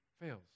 fails